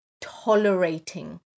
tolerating